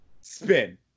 Spin